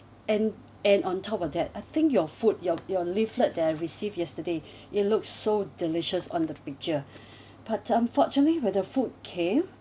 and and on top of that I think your food your your leaflet that I received yesterday it looks so delicious on the picture but unfortunately when the food came